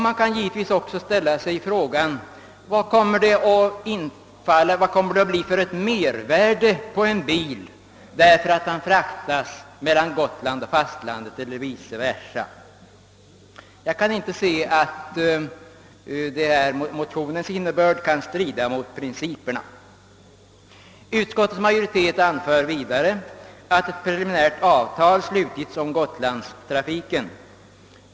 Man kan givetvis också ställa sig frågan: Vad kommer det att bli för mervärde på en bil därför att den fraktas från Gotland till fastlandet eller vice versa? Jag kan inte se att motionsförslagets innebörd strider mot principerna för mervärdeskatten. Utskottets majoritet anför vidare, att ett preliminärt avtal slutits om gotlandstrafiken.